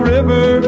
River